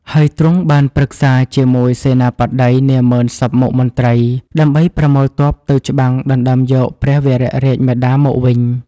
ហើយទ្រង់បានប្រឹក្សាជាមួយសេនាបតី នាម៉ឺនសព្វមុខមន្ត្រី ដើម្បីប្រមូលទ័ពទៅច្បាំងដណ្តើមយកព្រះវររាជមាតាមកវិញ។